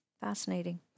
fascinating